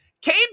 came